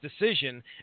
decision